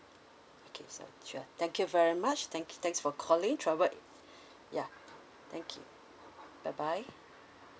okay sure sure thank you very much thank thanks for calling travel ya thank you bye bye